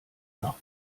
nach